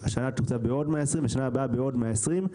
השנה תתוקצב בעוד 120 ובשנה הבאה בעוד 120,